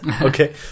okay